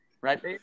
Right